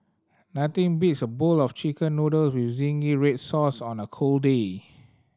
nothing beats a bowl of Chicken Noodle with zingy red sauce on a cold day